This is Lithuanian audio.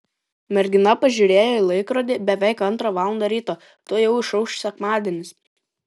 mergina pažiūrėjo į laikrodį beveik antra valanda ryto tuojau išauš sekmadienis